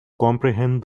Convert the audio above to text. comprehend